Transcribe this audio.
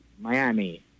Miami